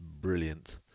brilliant